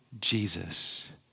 Jesus